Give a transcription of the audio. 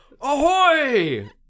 Ahoy